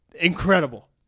Incredible